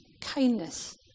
kindness